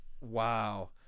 Wow